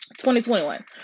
2021